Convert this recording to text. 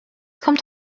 kommt